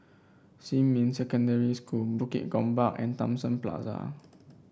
Xinmin Secondary School Bukit Gombak and Thomson Plaza